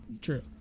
true